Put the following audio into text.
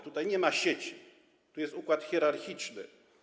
Tutaj nie ma sieci, tu jest układ hierarchiczny.